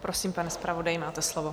Prosím, pane zpravodaji, máte slovo.